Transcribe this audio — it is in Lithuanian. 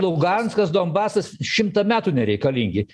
luganskas donbasas šimtą metų nereikalingi